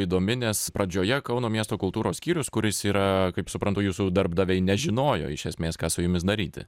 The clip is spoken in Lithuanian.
įdomi nes pradžioje kauno miesto kultūros skyrius kuris yra kaip suprantu jūsų darbdaviai nežinojo iš esmės ką su jumis daryti